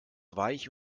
weich